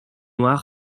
noir